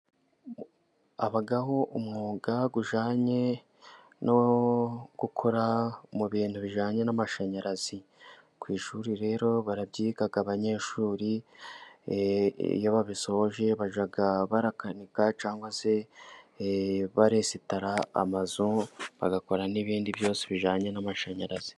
Habaho umwuga ujyanye no gukora mu bintu bijyanye n'amashanyarazi, ku ishuri rero barabyiga abanyeshuri, iyo babisoje barakanika cyangwa se baresitara amazu, bagakora n'ibindi byose bijyanye n'amashanyarazi.